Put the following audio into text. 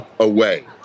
away